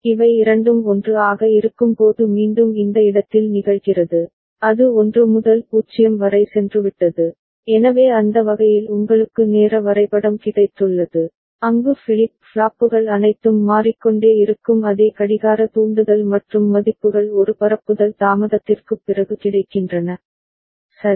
இவை இரண்டும் 1 ஆக இருக்கும்போது மீண்டும் இந்த இடத்தில் நிகழ்கிறது அது 1 முதல் 0 வரை சென்றுவிட்டது எனவே அந்த வகையில் உங்களுக்கு நேர வரைபடம் கிடைத்துள்ளது அங்கு ஃபிளிப் ஃப்ளாப்புகள் அனைத்தும் மாறிக்கொண்டே இருக்கும் அதே கடிகார தூண்டுதல் மற்றும் மதிப்புகள் ஒரு பரப்புதல் தாமதத்திற்குப் பிறகு கிடைக்கின்றன சரி